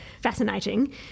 fascinating